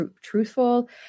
truthful